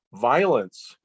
violence